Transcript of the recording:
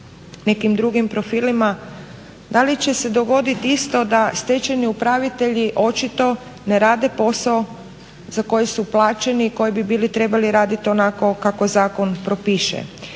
nekim drugim profilima, da li će se dogodit isto da stečajni upravitelji očito ne rade posao za koji su plaćeni i koji bi trebali raditi onako kako zakon propiše.